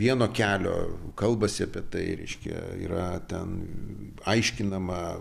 vieno kelio kalbasi apie tai reiškia yra ten aiškinama